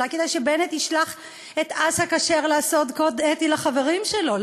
אולי כדאי שבנט ישלח את אסא כשר לעשות קוד אתי לחברים שלו,